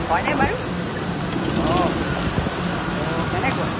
হয়নে বাৰু অঁ অ' কেনেকুৱা